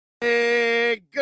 Good